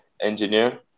engineer